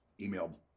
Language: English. email